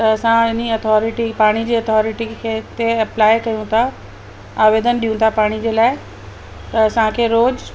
त असां हिन अथोरिटी पाणीअ जी अथोरिटी खे ते अप्लाए कयूं था आवेदन ॾियूं था पाणी जे लाइ त असांखे रोज़ु